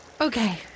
Okay